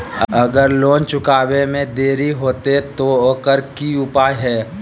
अगर लोन चुकावे में देरी होते तो ओकर की उपाय है?